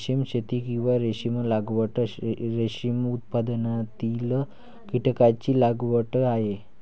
रेशीम शेती, किंवा रेशीम लागवड, रेशीम उत्पादनातील कीटकांची लागवड आहे